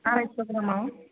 आरायस' ग्रामाव